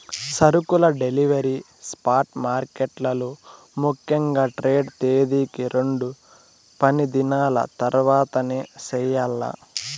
సరుకుల delivery spot మార్కెట్లలో ముఖ్యంగా ట్రేడ్ తేదీకి రెండు పనిదినాల తర్వాతనే చెయ్యాల్ల